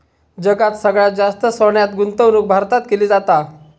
जगात सगळ्यात जास्त सोन्यात गुंतवणूक भारतात केली जाता